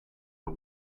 the